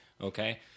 okay